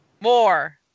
more